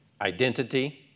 Identity